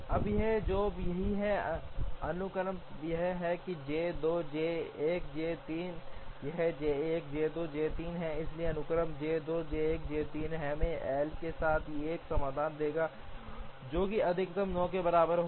अब यह जॉब यही है अनुक्रम यह है J 2 J 1 J 3 यह J 1 J 2 J 3 है इसलिए अनुक्रम J 2 J 1 J 3 हमें L के साथ एक समाधान देगा जो कि अधिकतम 9 के बराबर होगा